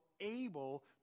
able